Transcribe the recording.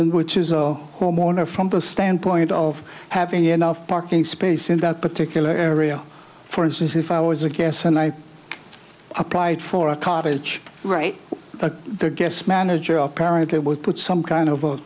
gibson which is a homeowner from the standpoint of having enough parking space in that particular area for instance if i was a gas and i applied for a cottage right of their guests manager apparently would put some kind of a